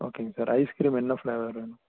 ஓகேங்க sir ice cream என்ன flavour வேணும்